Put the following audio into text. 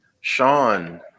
Sean